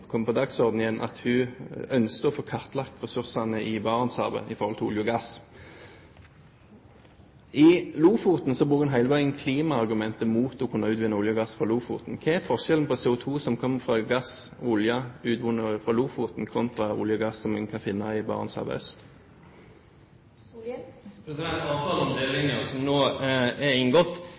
kom på dagsordenen igjen at hun ønsket å få kartlagt ressursene i Barentshavet med tanke på olje og gass. I Lofoten bruker en hele veien klimaargumentet mot å utvinne olje og gass derfra. Hva er forskjellen på CO2 som kommer fra olje og gass utvunnet i Lofoten kontra olje og gass som en kan finne i Barentshavet øst? Avtalen om delelinja, som no er inngått,